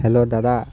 hello দাদা